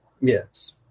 Yes